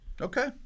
Okay